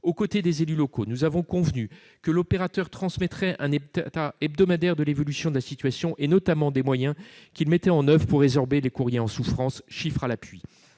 Aux côtés des élus locaux, nous avons convenu que l'opérateur transmettrait un état hebdomadaire de l'évolution de la situation, et notamment des moyens qu'il mettait en oeuvre pour résorber les courriers en souffrance, chiffres à l'appui.